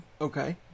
Okay